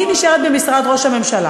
היא נשארת במשרד ראש הממשלה.